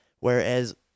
Whereas